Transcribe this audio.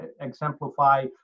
exemplify